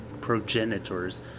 progenitors